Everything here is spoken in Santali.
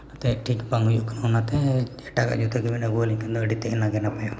ᱚᱱᱟᱛᱮ ᱴᱷᱤᱠ ᱵᱟᱭ ᱦᱩᱭᱩᱜ ᱠᱟᱱᱟ ᱚᱱᱟᱛᱮ ᱮᱴᱟᱜᱟᱜ ᱡᱩᱛᱟᱹᱵᱮᱱ ᱟᱹᱜᱩᱣᱟᱹᱞᱤᱧ ᱠᱷᱟᱱ ᱫᱚ ᱟᱹᱰᱤᱜᱮ ᱱᱟᱯᱟᱭᱚᱜᱼᱟ